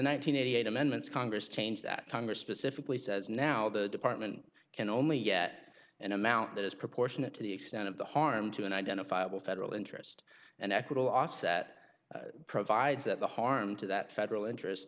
hundred eighty eight amendments congress change that congress specifically says now the department can only get an amount that is proportionate to the extent of the harm to an identifiable federal interest and equitable offset provides that the harm to that federal interest